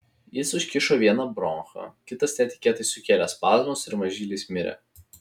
jis užkišo vieną bronchą kitas netikėtai sukėlė spazmus ir mažylis mirė